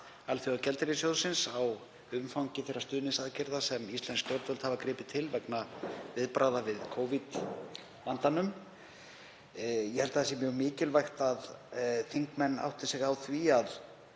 Alþjóðagjaldeyrissjóðsins á umfangi þeirra stuðningsaðgerða sem íslensk stjórnvöld hafa gripið til vegna viðbragða við Covid-vandanum. Ég held að það sé mjög mikilvægt að þingmenn átti sig á því að